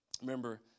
Remember